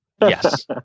Yes